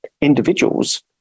individuals